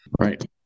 right